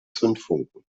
zündfunken